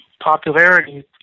popularity